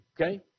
okay